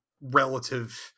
relative